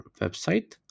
website